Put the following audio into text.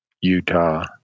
Utah